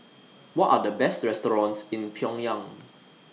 What Are The Best restaurants in Pyongyang